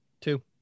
two